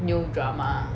new drama